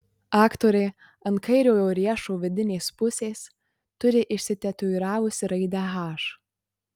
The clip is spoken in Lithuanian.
aktorė ant kairiojo riešo vidinės pusės turi išsitatuiravusi raidę h